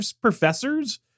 professors